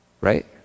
right